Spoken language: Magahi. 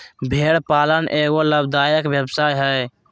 भेड़ पालन एगो लाभदायक व्यवसाय हइ